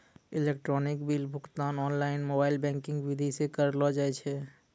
electronic bill भुगतान online mobile banking विधि से करलो जाय छै